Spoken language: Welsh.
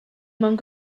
mewn